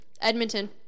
Edmonton